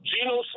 Geno